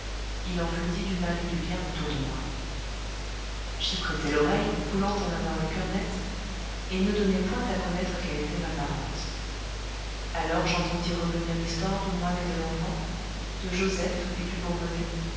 il en fut dit du mal et du bien autour de moi j'y prêtai l'oreille voulant en avoir le coeur net et ne donnai point à connaître qu'elle était ma parente alors j'entendis revenir l'histoire du moine et de l'enfant de joseph et du bourbonnais